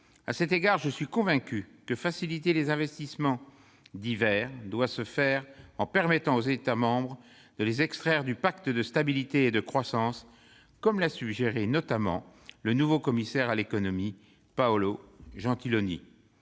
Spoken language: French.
À cet égard, je suis convaincu que faciliter les investissements dits « verts » doit se faire en permettant aux États membres de les extraire du pacte de stabilité et de croissance, comme l'a suggéré notamment le nouveau commissaire à l'économie, Paolo Gentiloni.